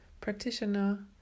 practitioner